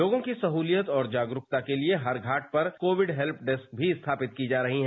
लोगों की सहूलियत और जागरूकता के लिए हर घाट पर कोविड हेल्प डेस्क भी स्थापित की जा रही है